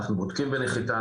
אנחנו בודקים בנחיתה,